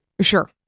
Sure